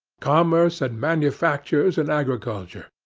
commerce and manufactures and agriculture.